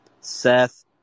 Seth